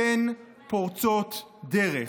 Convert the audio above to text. אתן פורצות דרך.